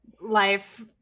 life